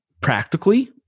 practically